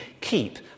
keep